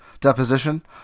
deposition